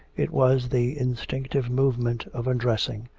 it was the instinctive movement of undressing.